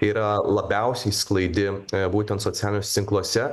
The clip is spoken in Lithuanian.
yra labiausiai suklaidi būtent socialiniuose tinkluose